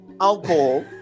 alcohol